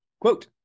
Quote